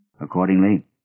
Accordingly